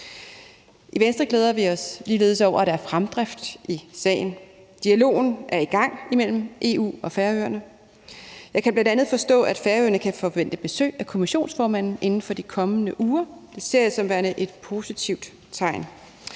I Venstre glæder vi os ligeledes over, at der er fremdrift i sagen. Dialogen er i gang imellem EU og Færøerne. Jeg kan bl.a. forstå, at Færøerne kan forvente besøg af kommissionsformanden inden for de kommende uger. Det ser jeg som værende et positivt tegn.